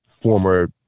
former